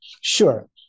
Sure